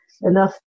enough